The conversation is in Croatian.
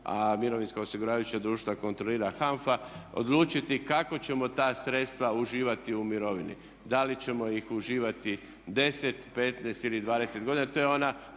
a mirovinska osiguravajuća društva kontrolira HANFA odlučiti kako ćemo ta sredstva uživati u mirovini da li ćemo ih uživati 10, 15 ili 20 godina.